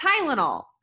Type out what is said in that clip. Tylenol